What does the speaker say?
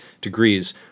degrees